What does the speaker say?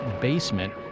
basement